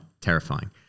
terrifying